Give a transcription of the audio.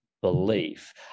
belief